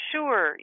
Sure